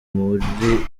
muri